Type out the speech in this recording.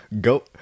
go